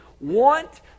want